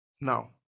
Now